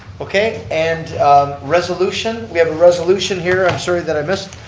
okay. and resolution. we have a resolution here, i'm sorry that i missed.